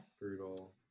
brutal